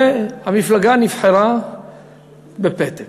והמפלגה נבחרה בפתק.